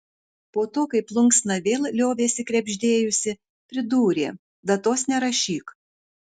po to kai plunksna vėl liovėsi krebždėjusi pridūrė datos nerašyk